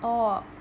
oh